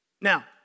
Now